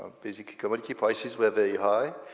basically commodity prices were very high,